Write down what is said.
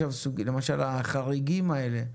למשל החריגים האלה,